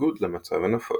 בניגוד למצב הנפוץ.